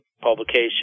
publication